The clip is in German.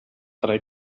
drei